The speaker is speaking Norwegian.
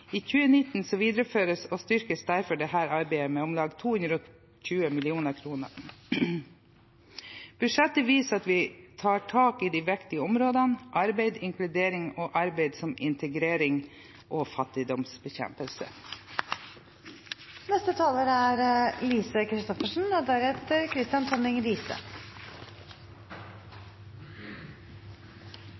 I 2019 videreføres og styrkes derfor dette arbeidet med om lag 220 mill. kr. Budsjettet viser at vi tar tak i de viktige områdene: arbeid og inkludering, og arbeid som integrering og fattigdomsbekjempelse. Språket er